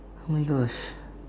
oh my gosh